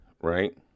right